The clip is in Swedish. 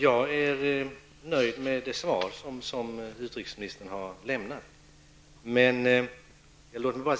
Jag är nöjd med det svar som utrikesministern har lämnat.